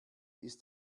ist